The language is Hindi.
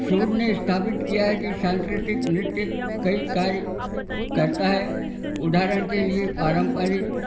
सूत ने स्थापित किया है की सांस्कृतिक नृत्य कई कार्य करता है उदाहरण के लिए पारंपरिक